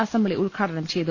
assembly ഉദ്ഘാടനം ചെയ്തു